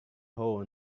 hole